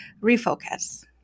refocus